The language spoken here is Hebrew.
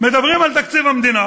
מדברים על תקציב המדינה